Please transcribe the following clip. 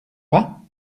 pas